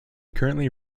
currently